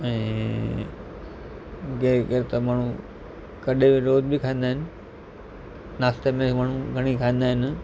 ऐं केरु केरु त माण्हू कॾहिं रोज़ बि खाईंदा आहिनि नास्ते में माण्हू घणेई खाईंदा आहिनि